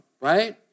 right